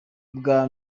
bwa